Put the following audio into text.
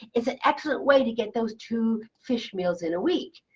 it's an excellent way to get those two fish meals in a week.